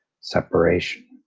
separation